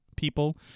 people